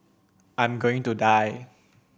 I'm going to die